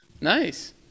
Nice